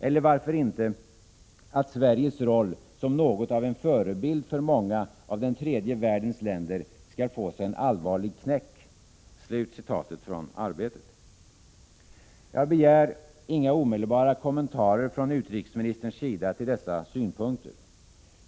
Eller varför inte att Sveriges roll som något av en förebild för många av den tredje världens länder skall få sig en allvarlig knäck.” Jag begär inga omedelbara kommentarer från utrikesministern till dessa synpunkter.